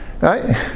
Right